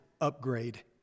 upgrade